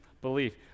belief